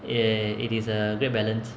eh it is a great balance